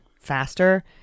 faster